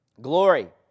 Glory